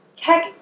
tech